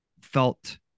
felt